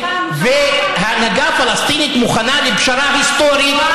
וההנהגה הפלסטינית מוכנה לפשרה היסטורית,